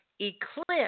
eclipse